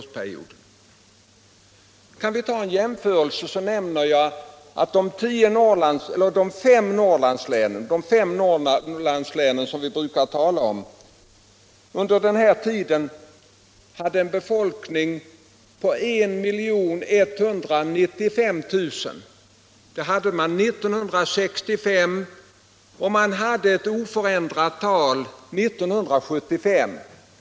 Som jämförelse kan jag nämna att de fem Norrlandslän som vi brukar tala om under den tiden hade en befolkning på 1 195 000. Det hade de 1965, och talet var oförändrat 1975.